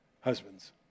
husband's